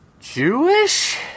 Jewish